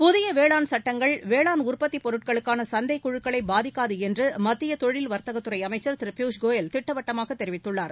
புதிய வேளாண் சட்டங்கள் வேளாண் உற்பத்தி பொருட்களுக்கான சந்தைக் குழுக்களை பாதிக்காது என்று மத்திய தொழில் வர்த்தகத்துறை அமைச்ச் திரு பியூஷ் கோயல் திட்டவட்டமாக தெரிவித்துள்ளார்